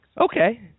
Okay